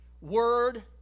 word